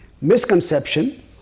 misconception